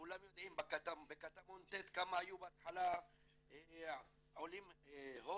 כולם יודעים בקטמון ט' כמה היו בהתחלה עולים הודים